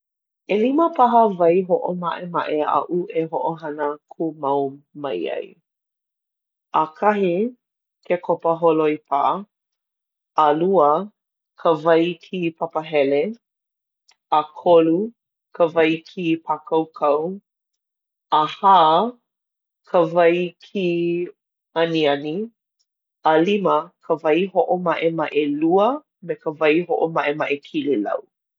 ʻElima paha wai hoʻomaʻemaʻe a ʻu e hoʻohana kūmau mai ai. ʻAkahi, ke kopa holoi pā. ʻAlua, ka wai kī papahele. ʻAkolu, ka wai kī pākaukau. ʻAhā, ka wai kī aniani. ʻAlima, ka wai hoʻomaʻemaʻe lua, me ka wai hoʻomaʻemaʻe kililau.